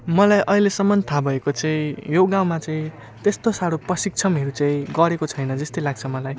मलाई अहिलेसम्म थाह भएको चाहिँ यो गाउँमा चाहिँ त्यस्तो साह्रो प्रशिक्षणहरू गरेको छैन जस्तै लाग्छ मलाई